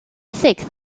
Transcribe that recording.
sixth